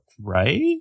right